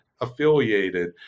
affiliated